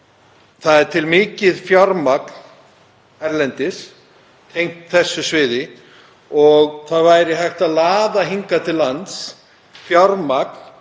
Það er til mikið fjármagn erlendis á þessu sviði og það væri hægt að laða hingað til lands fjármagn